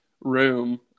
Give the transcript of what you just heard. room